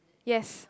yes